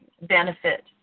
benefit